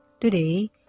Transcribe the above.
Today